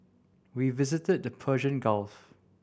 we visited the Persian Gulf